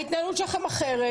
ההתנהלות שלכם אחרת